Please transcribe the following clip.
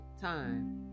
time